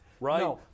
right